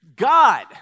God